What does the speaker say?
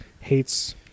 hates